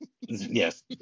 Yes